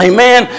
Amen